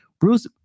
Bruce